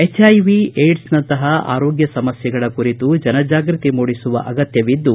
ಹೆಚ್ಐವಿದ್ದಡ್ಸ್ದಂತಹ ಆರೋಗ್ಯ ಸಮಸ್ಥೆಗಳ ಕುರಿತು ಜನಜಾಗೃತಿ ಮೂಡಿಸುವ ಅಗತ್ತವಿದ್ದು